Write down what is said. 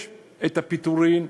יש הפיטורים,